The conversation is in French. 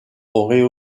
aurait